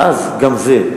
ואז גם זה,